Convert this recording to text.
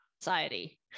society